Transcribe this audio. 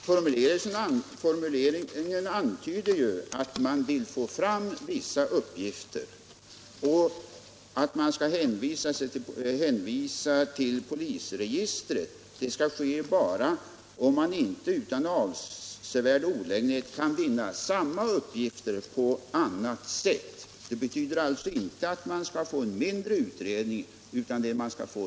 I budgetpropositionen 1976/77, bil. 5, redovisas under anslagen till kriminalvården de uttalanden som gjorts av frivårdens storstadsutredning om behovet av lokalanstalter i Stockholm och Malmö.